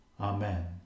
Amen